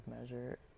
measure